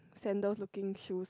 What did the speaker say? sandals looking shoes